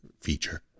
feature